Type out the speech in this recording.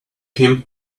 him